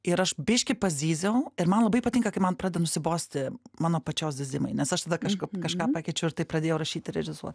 ir aš biški zyziau ir man labai patinka kai man pradeda nusibosti mano pačios zyzimai nes aš tada kažko kažką pakeičiu ir taip pradėjau rašyt ir režisuot